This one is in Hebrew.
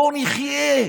בואו נחיה.